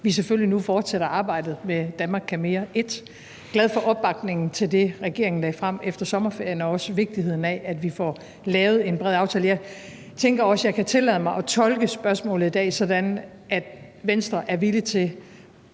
vi selvfølgelig nu fortsætter arbejdet med »Danmark kan mere I«. Jeg er glad for opbakningen til det, regeringen lagde frem efter sommerferien, og også til vigtigheden af, at vi får lavet en bred aftale. Jeg tænker også, at jeg kan tillade mig at tolke spørgsmålet i dag sådan, at Venstre er villig til